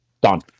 Done